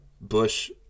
Bush